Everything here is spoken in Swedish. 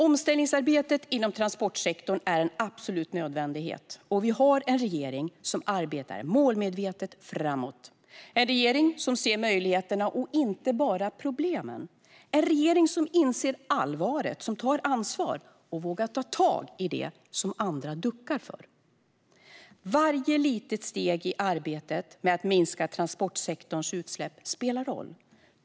Omställningsarbetet inom transportsektorn är en absolut nödvändighet, och vi har en regering som arbetar målmedvetet framåt. En regering som ser möjligheterna och inte bara problemen. En regering som inser allvaret, som tar ansvar och som vågar ta tag i det som andra duckar för. Varje litet steg i arbetet med att minska transportsektorns utsläpp spelar roll.